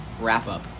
wrap-up